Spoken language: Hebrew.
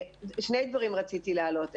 שני דברים רציתי להעלות.